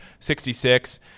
66